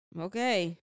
Okay